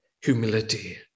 Humility